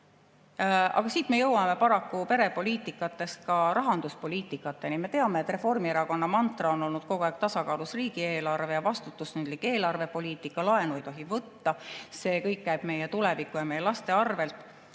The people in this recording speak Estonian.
Siit me jõuame paraku perepoliitikast rahanduspoliitikani. Me teame, et Reformierakonna mantra on olnud kogu aeg tasakaalus riigieelarve ja vastutustundlik eelarvepoliitika. Laenu ei tohi võtta, see kõik käib meie tuleviku ja meie laste arvel.